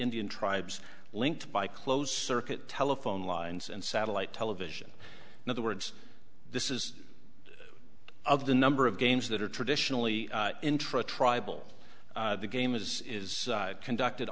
indian tribes linked by close circuit telephone lines and satellite television in other words this is of the number of games that are traditionally intra tribal the game is is conduct